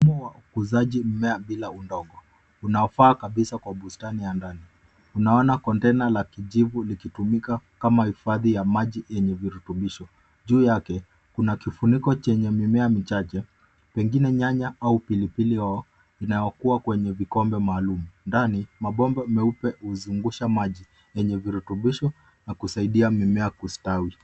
Mfumo wa ukuzaji mmea bila udogo unaofaa kabisa kwa bustani ya ndani unaona. Container la kijivu likitumika kama hifadhi ya maji yenye virutubisho. Juu yake kuna kifuniko chenye mimea michache pengine nyanya au pilipili hoho inayokuwa kwenye vikombe maalum. Ndani mabomba meupe huzungusha maji yenye virutubisho na kusaidia mimea kustawi.